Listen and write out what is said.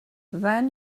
then